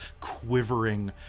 quivering